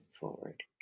forward